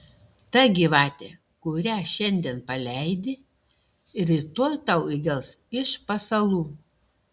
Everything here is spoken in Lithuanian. ta gyvatė kurią šiandien paleidi rytoj tau įgels iš pasalų